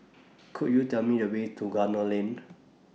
Could YOU Tell Me The Way to Gunner Lane